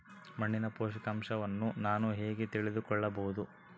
ಮಣ್ಣಿನ ಪೋಷಕಾಂಶವನ್ನು ನಾನು ಹೇಗೆ ತಿಳಿದುಕೊಳ್ಳಬಹುದು?